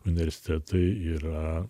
universitetai yra